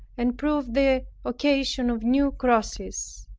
and proved the occasion of new crosses.